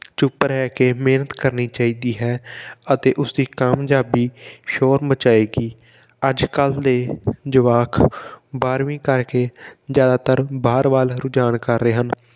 ਚੁੱਪ ਰਹਿ ਕੇ ਮਿਹਨਤ ਕਰਨੀ ਚਾਹੀਦੀ ਹੈ ਅਤੇ ਉਸਦੀ ਕਾਮਯਾਬੀ ਸ਼ੋਰ ਮਚਾਏਗੀ ਅੱਜ ਕੱਲ੍ਹ ਦੇ ਜਵਾਕ ਬਾਰ੍ਹਵੀਂ ਕਰਕੇ ਜ਼ਿਆਦਾਤਰ ਬਾਹਰ ਵੱਲ ਰੁਝਾਨ ਕਰ ਰਹੇ ਹਨ